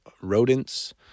rodents